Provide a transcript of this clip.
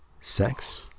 Sex